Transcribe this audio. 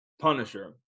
Punisher